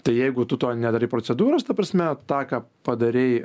tai jeigu tu to nedarai procedūros ta prasme tą ką padarei